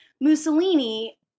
mussolini